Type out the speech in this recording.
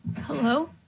Hello